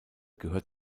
gehört